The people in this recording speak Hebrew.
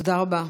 תודה רבה.